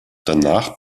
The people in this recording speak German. danach